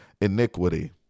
iniquity